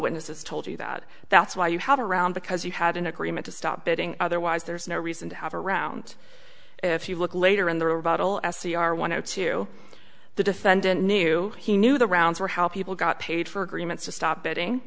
witnesses told you that that's why you have a round because you had an agreement to stop betting otherwise there is no reason to have a round if you look later in the rebuttal s c r one of two the defendant knew he knew the rounds were how people got paid for agreements to stop betting